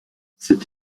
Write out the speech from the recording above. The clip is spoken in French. cet